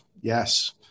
yes